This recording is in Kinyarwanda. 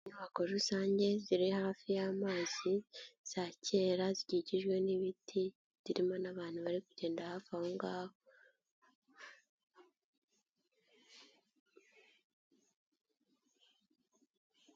Inyubako rusange ziri hafi y'amazi za kera, zikikijwe n'ibiti zirimo n'abantu bari kugenda hafi aho ngaho.